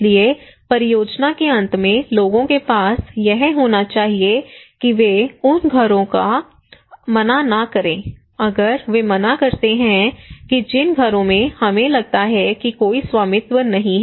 इसलिए परियोजना के अंत में लोगों के पास यह होना चाहिए कि वे उस घरों को मना न करें अगर वे मना करते हैं कि जिन घरों में हमें लगता है कि कोई स्वामित्व नहीं है